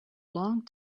long